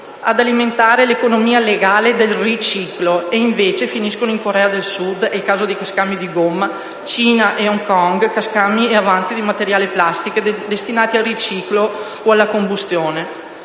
ad alimentare l'economia legale del riciclo e che, invece, finiscono in Corea del Sud (è il caso dei cascami di gomma), in Cina e ad Hong Kong (cascami e avanzi di materie plastiche, destinati al riciclo o alla combustione).